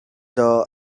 the